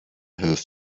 have